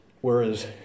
whereas